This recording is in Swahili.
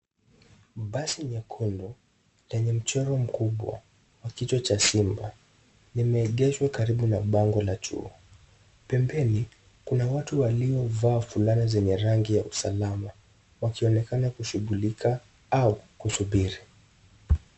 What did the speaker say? Basi nyekundu lenye mchoro mkubwa wa kichwa cha simba limeegeshwa karibu na bango la chuo. Pembeni kuna watu waliovaa fulana zenye rangi ya usalama, wakionekana kushugulika au kusubiri.